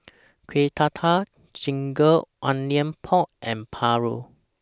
Kuih Dadar Ginger Onions Pork and Paru